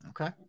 Okay